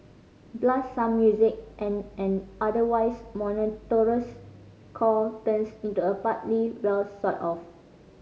blast some music and an otherwise monotonous chore turns into a partly well sort of